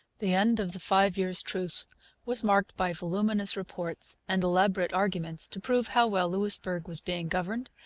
the end of the five years' truce was marked by voluminous reports and elaborate arguments to prove how well louisbourg was being governed,